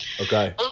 okay